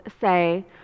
say